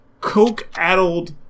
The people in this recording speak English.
coke-addled